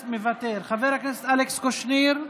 מוותר, חבר הכנסת אלכס קושניר,